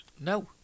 No